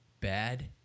Bad